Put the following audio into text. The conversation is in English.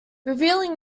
revealing